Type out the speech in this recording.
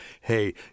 hey